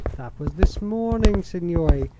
that was this morning, signore.